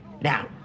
Now